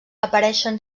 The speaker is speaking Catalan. apareixen